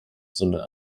sondern